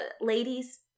ladies